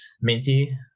Minty